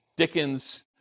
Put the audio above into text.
Dickens